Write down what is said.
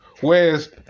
Whereas